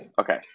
Okay